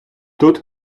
тут